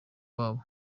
wabo